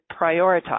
prioritize